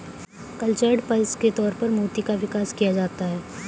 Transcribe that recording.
cultured pearls के तौर पर मोती का विकास किया जाता है